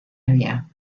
area